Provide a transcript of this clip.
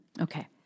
Okay